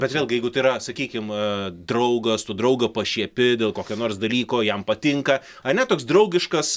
bet vėlgi jeigu tai yra sakykim aa draugas tu draugą pašiepi dėl kokio nors dalyko jam patinka ane toks draugiškas